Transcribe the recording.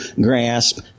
grasp